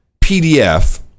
PDF